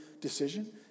decision